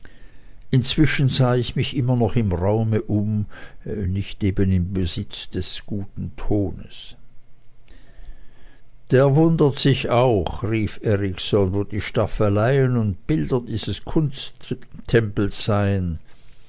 inzwischen sah ich mich immer noch im raume um nicht eben im besitze des guten tones der wundert sich auch rief erikson wo die staffeleien und bilder dieses kunsttempels seien